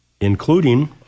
including